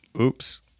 Oops